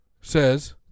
Says